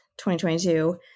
2022